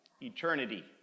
Eternity